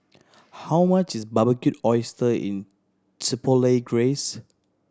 how much is Barbecued Oyster is Chipotle Glaze